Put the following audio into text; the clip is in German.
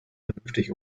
vernünftig